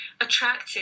attractive